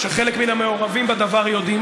וחלק מן המעורבים בדבר יודעים.